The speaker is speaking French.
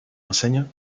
enseignant